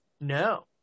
No